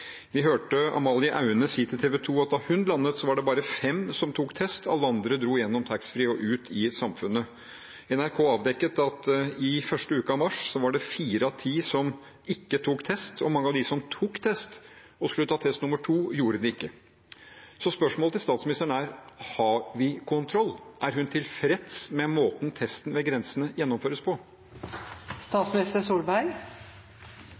Vi hørte Amalie Aune si til TV 2 at da hun landet, var det bare fem som tok test, alle andre dro gjennom taxfree og ut i samfunnet. NRK avdekket at i første uke i mars var det fire av ti som ikke tok test, og mange av dem som tok test og skulle ta test nr. 2, gjorde det ikke. Spørsmålet til statsministeren er: Har vi kontroll? Er hun tilfreds med måten testen ved grensen gjennomføres